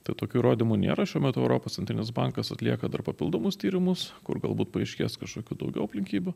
tokių įrodymų nėra šiuo metu europos centrinis bankas atlieka dar papildomus tyrimus kur galbūt paaiškės kažkokių daugiau aplinkybių